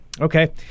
okay